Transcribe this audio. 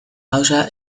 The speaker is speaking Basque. gauza